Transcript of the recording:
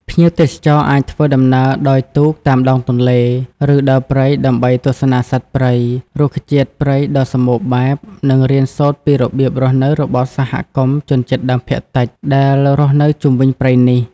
ភ្ញៀវទេសចរអាចធ្វើដំណើរដោយទូកតាមដងទន្លេ ឬដើរព្រៃដើម្បីទស្សនាសត្វព្រៃ រុក្ខជាតិព្រៃដ៏សម្បូរបែប និងរៀនសូត្រពីរបៀបរស់នៅរបស់សហគមន៍ជនជាតិដើមភាគតិចដែលរស់នៅជុំវិញព្រៃនេះ។